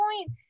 point